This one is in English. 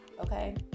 okay